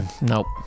Nope